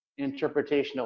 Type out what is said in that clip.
interpretational